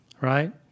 right